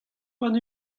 warn